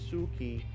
Suki